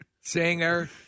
Singer